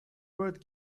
word